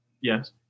Yes